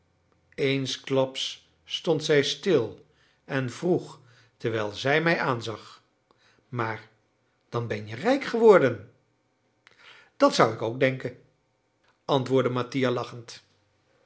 eensklaps stond zij stil en vroeg terwijl zij mij aanzag maar dan ben je rijk geworden dat zou ik ook denken antwoordde mattia lachend